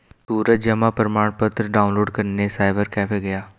सूरज जमा प्रमाण पत्र डाउनलोड करने साइबर कैफे गया